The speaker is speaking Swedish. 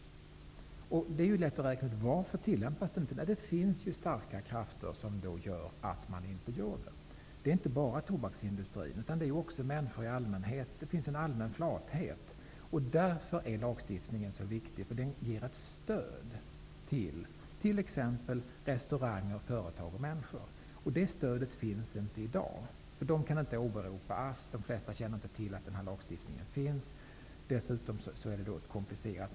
Det är lätt att räkna ut varför lagstiftningen inte tillämpas. Det finns ju starka krafter som är emot det. Men det gäller inte bara tobaksindustrin utan också människor i allmänhet. Det finns nämligen en allmän flathet i den här frågan. Därför är lagstiftningen mycket viktig. Den är ett stöd för exempelvis restauranger, företag och människor. Men ett sådant stöd finns alltså inte i dag. Man kan inte åberopa ASS, Arbetarskyddsstyrelsen. De flesta känner inte till att den här lagstiftningen finns. Dessutom är det hela mycket komplicerat.